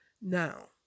Now